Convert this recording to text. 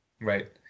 Right